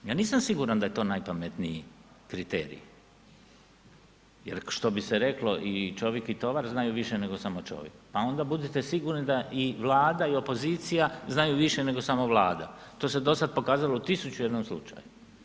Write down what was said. Ja nisam siguran da je to najpametniji kriterij jer što bi se reklo i čovik i tovar znaju više nego samo čovik, pa onda budite sigurni da i Vlada i opozicija znaju više nego samo Vlada, to se dosad pokazalo u 1001 slučaju.